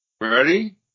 Ready